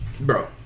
Bro